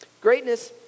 Greatness